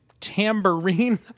tambourine